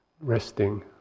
resting